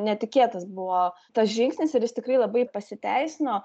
netikėtas buvo tas žingsnis ir jis tikrai labai pasiteisino